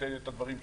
דבריי,